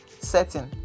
setting